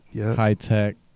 high-tech